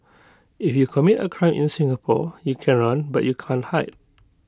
if you commit A crime in Singapore you can run but you can't hide